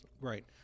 Right